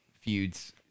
feuds